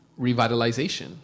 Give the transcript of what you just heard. revitalization